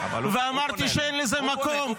ואמרתי שאין לזה מקום.